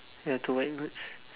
ya two white goats